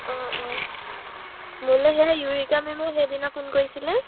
অঁ অঁ মোলে সে ইউৰিকা মেমো সেইদিনা ফোন কৰিছিলে